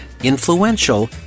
influential